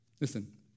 Listen